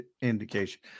indication